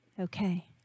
Okay